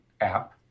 app